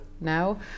now